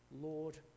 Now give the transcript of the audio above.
Lord